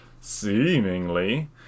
Seemingly